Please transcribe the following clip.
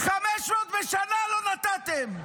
500 בשנה לא נתתם.